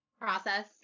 Process